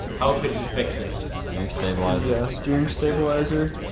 how could he fix it? steering stabilizer. yeah, steering stabilizer.